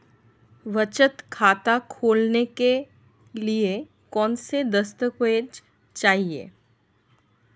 बचत खाता खोलने के लिए कौनसे दस्तावेज़ चाहिए?